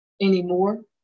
Anymore